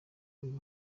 uyu